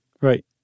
Right